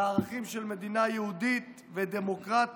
את הערכים של מדינה יהודית ודמוקרטית.